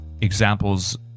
examples